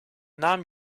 naam